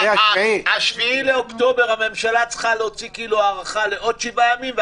אחרי ה-7 באוקטובר הממשלה צריכה להוציא הארכה לעוד 7 ימים,